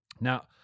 Now